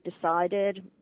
decided